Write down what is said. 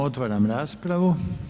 Otvaram raspravu.